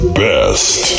best